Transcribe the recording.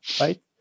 right